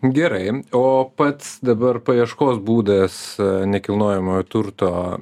gerai o pats dabar paieškos būdas nekilnojamojo turto